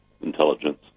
intelligence